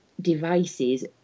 devices